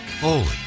Holy